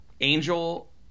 Angel